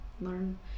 learn